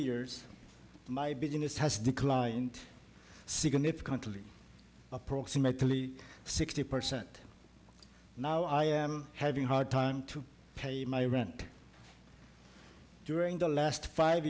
years my business has declined significantly approximately sixty percent now i am having a hard time to pay my rent during the last five